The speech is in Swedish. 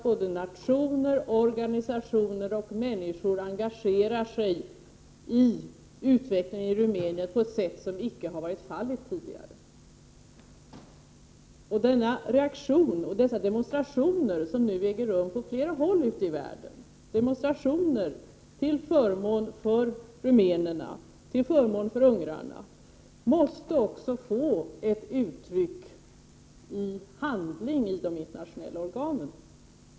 Både nationer, organisationer och enskilda människor engagerar sig i utvecklingen i Rumänien på ett sätt som icke har varit fallet tidigare. De demonstrationer som nu äger rum på flera håll i världen till förmån för rumänerna och ungrarna måste också komma till uttryck i handling i de internationella organen.